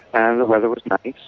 and the weather was nice,